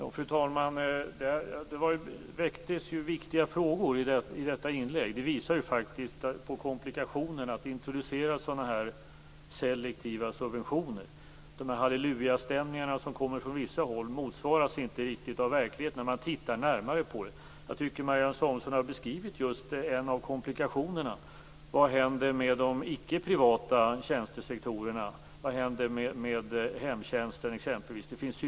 Fru talman! Det väcktes viktiga frågor i detta inlägg. Det visar faktiskt på komplikationerna att introducera sådana här selektiva subventioner. De hallelujastämningar som kommer från vissa håll motsvaras inte riktigt av verkligheten när man tittar närmare på det. Jag tycker att Marianne Samuelsson just har beskrivit en av komplikationerna. Vad händer med de icke-privata tjänstesektorerna? Vad händer med exempelvis hemtjänster?